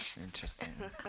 Interesting